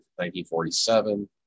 1947